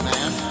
Man